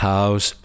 House